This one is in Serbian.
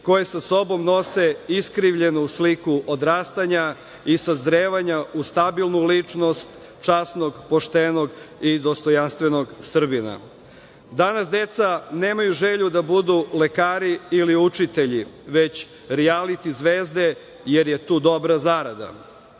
koje se sa sobom nose iskrivljenu sliku odrastanja i sazrevanja u stabilnu ličnost časnog, poštenog i dostojanstvenog Srbina. Danas deca nemaju želju da budu lekari ili učitelji, već rijaliti zvezde, jer je tu dobra